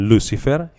Lucifer